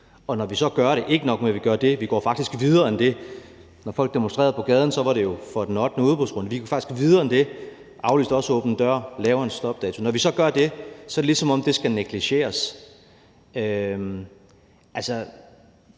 gør vi så. Og ikke nok med at vi gør det, vi går videre end det. Da folk demonstrerede på gaden, var det jo i forhold til den ottende udbudsrunde. Vi går faktisk videre end det, aflyste også Åben Dør-ordningen, lavede en stopdato. Når vi så gør det, er det, som om det skal negligeres. Altså,